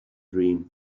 dream